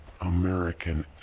American